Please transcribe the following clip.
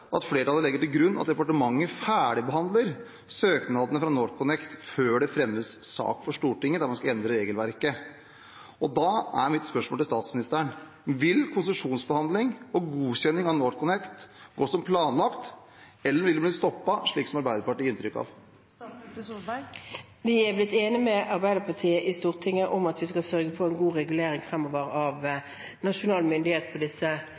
at flertallet legger til grunn at departementet ferdigbehandler søknadene fra NorthConnect før det fremmes sak for Stortinget der man skal endre regelverket. Da er mitt spørsmål til statsministeren: Vil konsesjonsbehandlingen og godkjenning av NorthConnect gå som planlagt, eller vil det bli stoppet, slik som Arbeiderpartiet gir inntrykk av? Vi er blitt enige med Arbeiderpartiet i Stortinget om at vi skal sørge for en god regulering fremover av